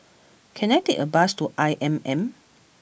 can I take a bus to I M M